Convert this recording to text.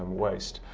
waste.